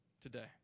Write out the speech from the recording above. today